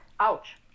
ouch